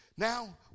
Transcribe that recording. Now